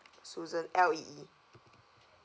susan L E E